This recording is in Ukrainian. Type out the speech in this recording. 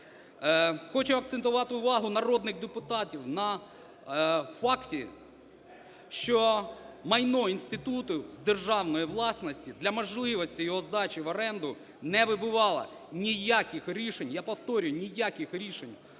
Хочу акцентувати увагу народних депутатів на факті, що майно інституту з державної власності для можливості його здачі в оренду не вибувало ніяких рішень,